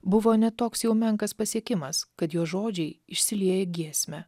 buvo ne toks jau menkas pasiekimas kad jo žodžiai išsilieja į giesmę